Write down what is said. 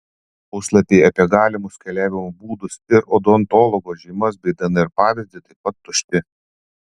puslapiai apie galimus keliavimo būdus ir odontologo žymas bei dnr pavyzdį taip pat tušti